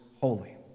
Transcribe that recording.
holy